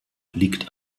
liegt